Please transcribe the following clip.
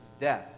death